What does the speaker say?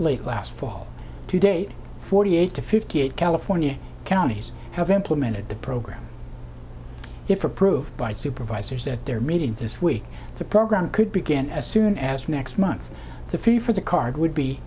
late last fall today forty eight to fifty eight california counties have implemented the program if approved by supervisors at their meeting this week the program could begin as soon as next month the fee for the card would be